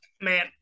Man